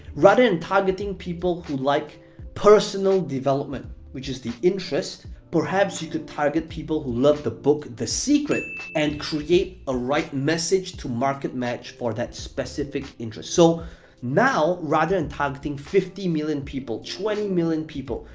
rather than targeting people who like personal development, which is the interest, perhaps you could target people who love the book the secret and create a right message to market match for that specific interest. so now, rather than targeting fifty million people, twenty million people,